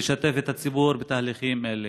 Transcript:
לשתף את הציבור בתהליכים אלה.